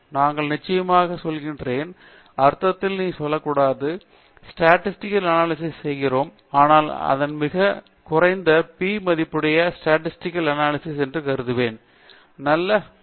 நான் நிச்சயமாக சொல்கிறேன் அர்த்தத்தில் நீ சொல்லக்கூடாது நான் ஆம் என்று சொல்லலாம் அதனால் தான் நாம் ஒரு ஸ்டாடிஸ்டிக்கால் அனாலிசிஸ் செய்கிறோம் ஆனால் அதன் மிக மிகவும் குறைந்த P மதிப்புடன் ஸ்டாடிஸ்டிக்கால் அனாலிசிஸ் என்பது கருதுகோள் ஆகும்